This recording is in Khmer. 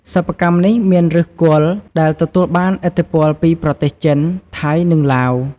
សិប្បកម្មនេះមានឬសគល់ដែលទទួលបានឥទ្ធិពលពីប្រទេសចិន ថៃ និងឡាវ។